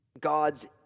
God's